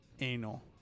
Anal